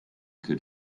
could